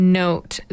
note